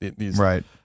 Right